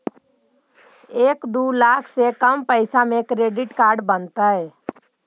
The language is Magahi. एक दू लाख से कम पैसा में क्रेडिट कार्ड बनतैय?